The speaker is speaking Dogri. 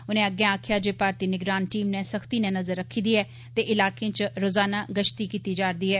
उनें अग्गै आक्खेआ जे भारतीय निगरान टीम नै सख्ती नै नज़र रखी दी ऐ ते इलाकें इच रोजाना गश्ती कीती जा'रदी ऐ